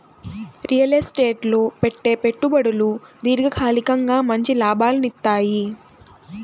real estate లో పెట్టే పెట్టుబడులు దీర్ఘకాలికంగా మంచి లాభాలనిత్తయ్యి